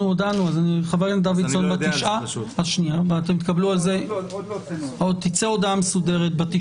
תצא הודעה מסודרת,